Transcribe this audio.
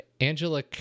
Angela